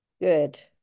Good